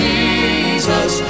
Jesus